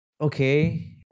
Okay